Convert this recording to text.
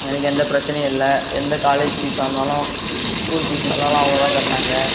எனக்கு எந்த பிரச்சனையும் இல்லை எந்த காலேஜ் ஃபீஸ்சாக இருந்தாலும் ஸ்கூல் ஃபீஸ்சாக இருந்தாலும் அவங்க தான் கட்டினாங்க